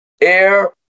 air